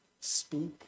speak